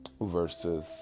versus